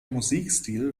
musikstil